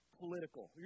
political